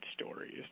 stories